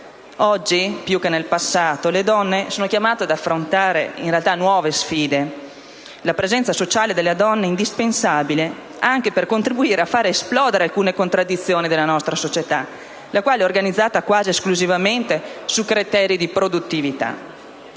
Oggi, più che nel passato, le donne sono chiamate ad affrontare nuove sfide e la loro presenza sociale è indispensabile per contribuire a far esplodere le contraddizioni di una società organizzata quasi esclusivamente su criteri di produttività.